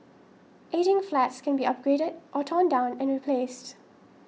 ageing flats can be upgraded or torn down and replaced